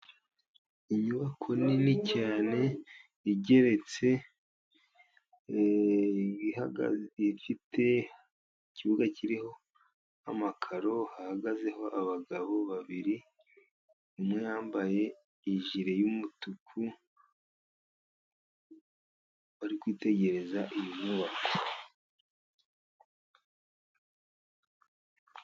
Inyubako nini cyane igeretse, ifite ikibuga kiriho amakaro hahagazeho abagabo babiri, umwe yambaye ijire y'umutuku bari kwitegereza iyi nyubako.